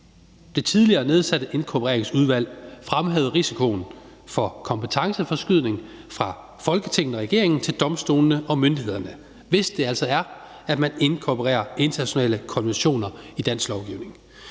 Det tidligere nedsatte inkorporeringsudvalg fremhævede risikoen for kompetenceforskydning fra Folketinget og regeringen til domstolene og myndighederne, hvis det altså er, at man inkorporerer internationale konventioner i dansk lovgivning